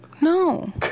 No